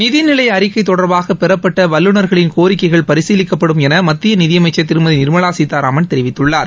நிதிநிலை அறிக்கை தொடர்பாக பெறப்பட்ட வல்லுநர்களின் கோரிக்கைகள் பரிசீலிக்கப்படும் என மத்திய நிதியமைச்சர் திருமதி நிர்மலா சீதாராமன் தெரிவித்துள்ளார்